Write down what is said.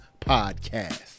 podcast